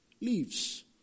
leaves